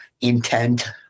intent